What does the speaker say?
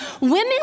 women